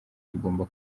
tugomba